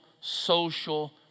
social